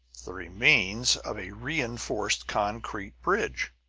the remains of a reinforced concrete bridge.